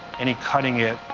any cutting it,